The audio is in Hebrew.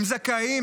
הם זכאים,